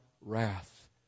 wrath